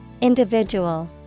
Individual